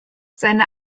seine